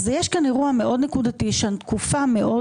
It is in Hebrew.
יש פה אירוע מאוד נקודתי של תקופה מאוד